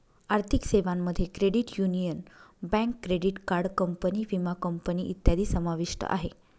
आर्थिक सेवांमध्ये credit union, bank, credit card company, विमा कंपनी इत्यादी समाविष्ट आहे